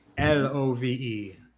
L-O-V-E